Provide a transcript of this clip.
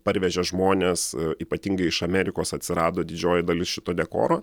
parvežė žmonės ypatingai iš amerikos atsirado didžioji dalis šito dekoro